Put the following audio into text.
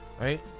right